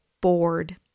bored